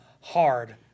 hard